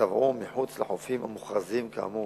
טבעו מחוץ לחופים המוכרזים, כאמור.